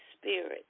Spirit